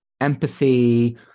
empathy